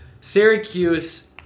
Syracuse